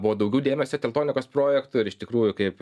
buvo daugiau dėmesio teltonikos projektui ir iš tikrųjų kaip